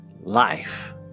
life